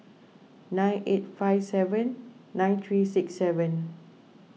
nine eight five seven nine three six seven